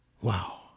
Wow